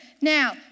Now